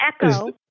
echo